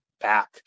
back